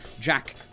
Jack